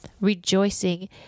rejoicing